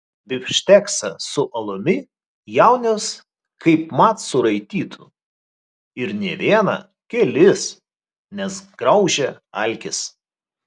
bifšteksą su alumi jaunius kaip mat suraitytų ir ne vieną kelis nes graužia alkis